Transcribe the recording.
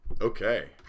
Okay